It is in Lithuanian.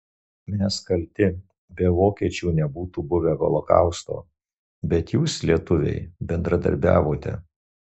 mes kalti be vokiečių nebūtų buvę holokausto bet jūs lietuviai bendradarbiavote